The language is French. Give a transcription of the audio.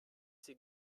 ses